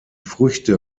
früchte